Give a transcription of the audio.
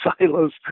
silos